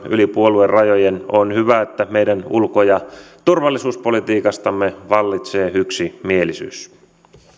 yli puoluerajojen on hyvä että meidän ulko ja turvallisuuspolitiikastamme vallitsee yksimielisyys